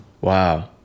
Wow